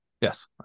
Yes